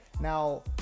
Now